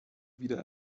wieder